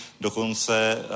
Dokonce